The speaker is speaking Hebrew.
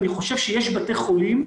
אני חושב שיש בתי חולים,